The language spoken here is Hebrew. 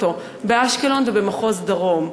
באשקלון זה במחוז דרום,